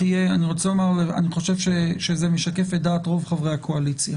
ולדעתי, זה משקף את דעת רוב חברי הקואליציה